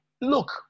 Look